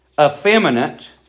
effeminate